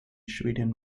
schwedin